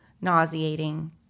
nauseating